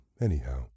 Anyhow